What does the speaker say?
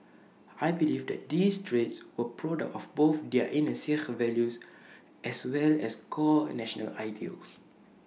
I believe that these traits were product of both their inner Sikh values as well as core national ideals